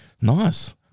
Nice